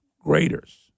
graders